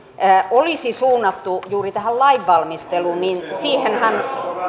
olisi suunnattu juuri tähän lainvalmisteluun niin siihenhän